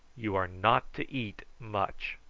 you are not to eat much.